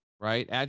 right